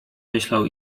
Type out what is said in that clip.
myślał